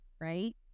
right